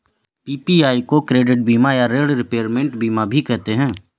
PPI को credit बीमा या ॠण रिपेयरमेंट बीमा भी कहते हैं